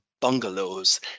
bungalows